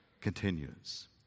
continues